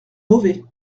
mauvais